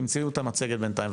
ותמצאו את המצגת בינתיים.